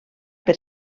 per